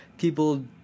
people